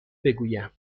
بگویم